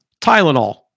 Tylenol